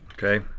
okay.